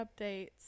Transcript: updates